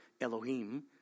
Elohim